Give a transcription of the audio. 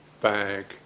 bag